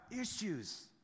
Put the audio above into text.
issues